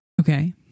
Okay